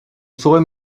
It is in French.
saurait